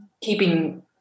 keeping